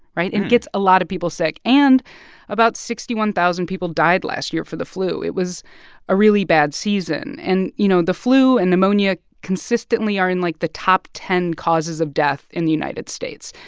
right? it gets a lot of people sick. and about sixty one thousand people died last year for the flu. it was a really bad season. and, you know, the flu and pneumonia consistently are in, like, the top ten causes of death in the united states.